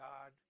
God